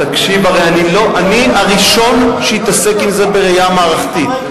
אני הראשון שיתעסק עם זה בראייה מערכתית.